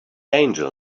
angel